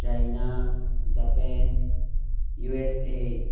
China Japan USA